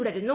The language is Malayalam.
തുടരുന്നു